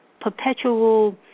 perpetual